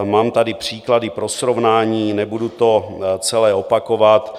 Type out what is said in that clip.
Mám tady příklady pro srovnání, nebudu to celé opakovat.